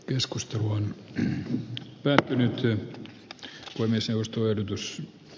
keskusta on pettynyt syönyt ei toteudu